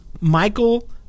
Michael